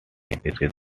decision